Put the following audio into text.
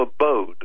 abode